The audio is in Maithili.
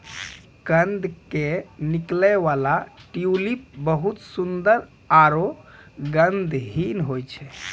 कंद के निकलै वाला ट्यूलिप बहुत सुंदर आरो गंधहीन होय छै